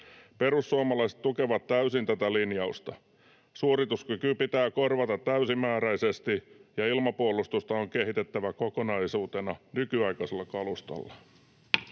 Perussuomalaiset tukevat täysin tätä linjausta. Suorituskyky pitää korvata täysimääräisesti, ja ilmapuolustusta on kehitettävä kokonaisuutena nykyaikaisella kalustolla.